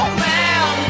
man